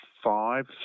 Five